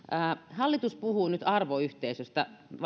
hallitus puhuu nyt arvoyhteisöstä